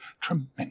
Tremendous